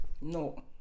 No